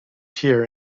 here